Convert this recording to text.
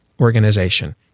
organization